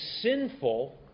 sinful